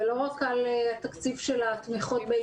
ולא רק על התקציב של התמיכות באיגודים.